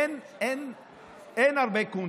אין הרבה קונצים.